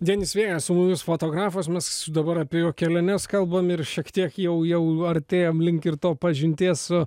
denis vėjas su mumis fotografas mes dabar apie jo keliones kalbam ir šiek tiek jau jau artėjam link ir to pažinties su